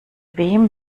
wem